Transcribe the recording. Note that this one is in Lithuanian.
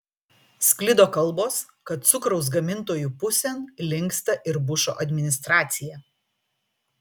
sklido kalbos kad cukraus gamintojų pusėn linksta ir bušo administracija